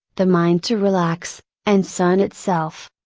the mind to relax, and sun itself.